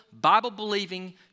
Bible-believing